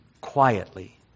quietly